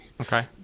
Okay